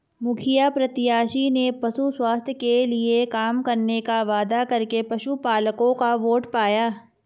मुखिया प्रत्याशी ने पशु स्वास्थ्य के लिए काम करने का वादा करके पशुपलकों का वोट पाया